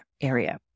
area